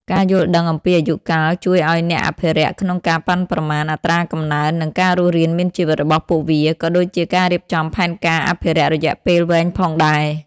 ការយល់ដឹងអំពីអាយុកាលជួយអោយអ្នកអភិរក្សក្នុងការប៉ាន់ប្រមាណអត្រាកំណើន និងការរស់រានមានជីវិតរបស់ពួកវា ក៏ដូចជាការរៀបចំផែនការអភិរក្សរយៈពេលវែងផងដែរ។